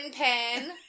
pen